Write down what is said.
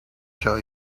tell